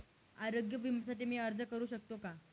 आरोग्य विम्यासाठी मी अर्ज करु शकतो का?